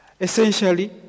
essentially